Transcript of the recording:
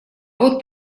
вот